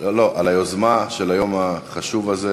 של היום החשוב הזה.